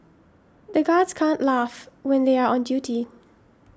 the guards can't laugh when they are on duty